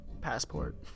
passport